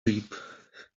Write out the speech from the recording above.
reap